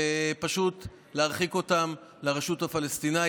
ופשוט להרחיק אותם לרשות הפלסטינית.